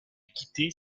quitter